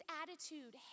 attitude